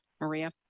Maria